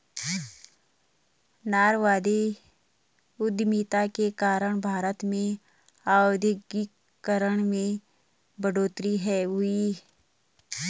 नारीवादी उधमिता के कारण भारत में औद्योगिकरण में बढ़ोतरी हुई